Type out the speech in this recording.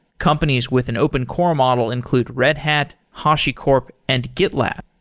companies with an open core model include red hat, hashicorp and gitlab.